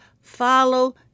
follow